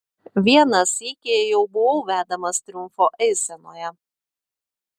vieną sykį jau buvau vedamas triumfo eisenoje